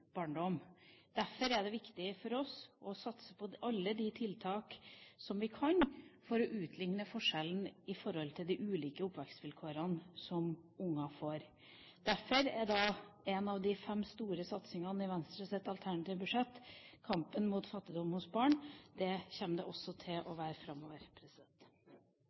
barndom. Derfor er det viktig for oss å satse på alle de tiltak vi kan for å utligne forskjellen mellom de ulike oppvekstvilkårene som unger får. Derfor er en av de fem store satsingene i Venstres alternative budsjett kampen mot fattigdom hos barn. Det kommer det også til å være framover.